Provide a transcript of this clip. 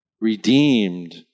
Redeemed